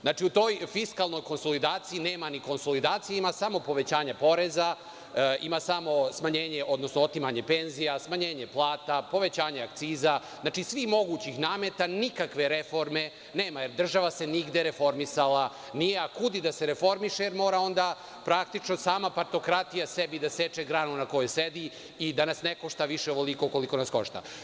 Znači, u toj fiskalnoj konsolidaciji nema ni konsolidacije, ima samo povećanja poreza, ima samo otimanje penzija, smanjenje plata, povećanje akciza, znači svih mogućih nameta, nikakve reforme nema, jer država se nigde reformisala nije, a kud i da se reformiše jer mora onda praktično sama partokratija sebi da seče granu na kojoj sedi i da nas ne košta više ovoliko koliko nas košta.